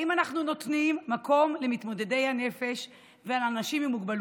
האם אנחנו נותנים מקום למתמודדי הנפש ולאנשים עם מוגבלות?